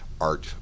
art